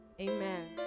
Amen